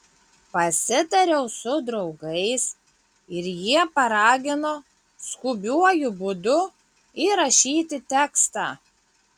pasitariau su draugais ir jie paragino skubiuoju būdu įrašyti tekstą